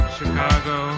Chicago